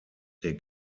der